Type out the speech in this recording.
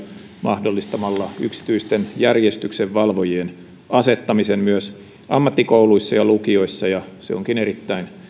mahdollistamalla yksityisten järjestyksenvalvojien asettamisen myös ammattikouluissa ja lukioissa ja se onkin erittäin